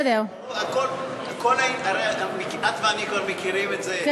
את ואני כבר מכירים את זה.